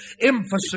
emphasis